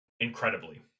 incredibly